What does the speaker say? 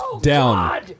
down